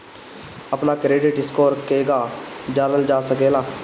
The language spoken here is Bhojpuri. अपना क्रेडिट स्कोर केगा जानल जा सकेला?